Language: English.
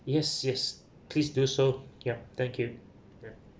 yes yes please do so yup thank you mm